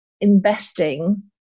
investing